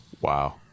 Wow